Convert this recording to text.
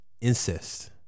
incest